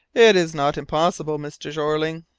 it is not impossible, mr. jeorling.